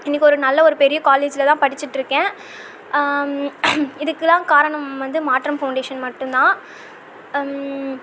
இன்றைக்கு ஒரு நல்ல ஒரு பெரிய காலேஜில் தான் படித்துட்டிருக்கேன் இதுக்கெல்லாம் காரணம் வந்து மாற்றம் ஃபௌண்டேஷன் மட்டும் தான்